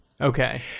Okay